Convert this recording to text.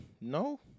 no